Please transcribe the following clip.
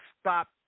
stop